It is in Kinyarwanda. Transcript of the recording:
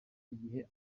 igihe